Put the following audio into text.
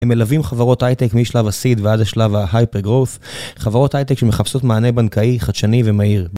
הם מלווים חברות הייטק משלב ה-SEED ועד השלב ה-HYPER GROWTH, חברות הייטק שמחפשות מענה בנקאי, חדשני ומהיר.